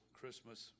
Christmas